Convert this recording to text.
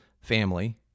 family